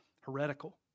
heretical